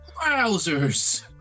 Wowzers